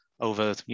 over